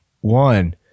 one